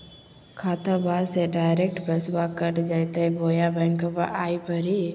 खाताबा से डायरेक्ट पैसबा कट जयते बोया बंकबा आए परी?